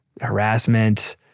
harassment